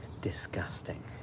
disgusting